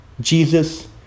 Jesus